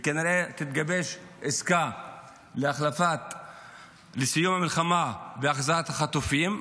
וכנראה תתגבש עסקה לסיום המלחמה והחזרת החטופים,